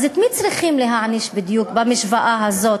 אז את מי בדיוק צריכים להעניש במשוואה הזאת?